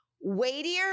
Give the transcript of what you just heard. weightier